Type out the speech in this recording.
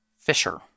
fisher